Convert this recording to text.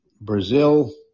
Brazil